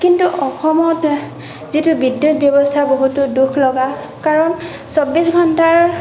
কিন্তু অসমত যিটো বিদ্যুত ব্যৱস্থা বহুতেই দুখ লগা কাৰণ চৌব্বিশ ঘণ্টাৰ